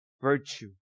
virtue